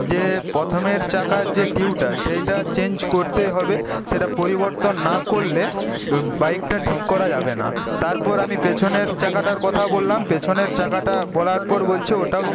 যে প্রথমের চাকার যে টিউবটা সেইটা চেঞ্জ করতেই হবে সেটা পরিবর্তন না করলে বাইকটা ঠিক করা যাবে না তারপর আমি পেছনের চাকাটার কথা বললাম পেছনের চাকাটা বলার পর বলছে ওটাও